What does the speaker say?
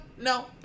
no